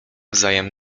wzajem